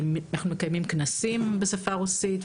אנחנו מקיימים כנסים בשפה הרוסית,